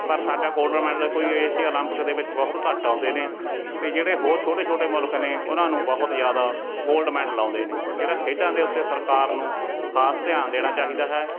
ਪਰ ਸਾਡਾ gold medal ਕੋਈ ਏਸ਼ੀਆ ਓਲੰਪਿਕ ਦੇ ਵਿੱਚ ਬਹੁਤ ਘੱਟ ਆਉਂਦੇ ਨੇ ਅਤੇ ਜਿਹੜੇ ਹੋਰ ਛੋਟੇ ਛੋਟੇ ਮੁਲਕ ਨੇ ਉਹਨਾਂ ਨੂੰ ਬਹੁਤ ਜ਼ਿਆਦਾ ਗੋਲਡ ਮੈਡਲ ਆਉਂਦੇ ਨੇ ਜਿਹੜਾ ਖੇਡਾਂ ਦੇ ਉੱਤੇ ਸਰਕਾਰ ਨੂੰ ਖਾਸ ਧਿਆਨ ਦੇਣਾ ਚਾਹੀਦਾ ਹੈ